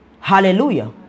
Hallelujah